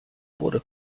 border